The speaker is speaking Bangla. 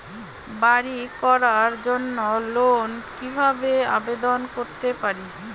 বাড়ি করার জন্য লোন কিভাবে আবেদন করতে পারি?